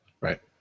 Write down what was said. Right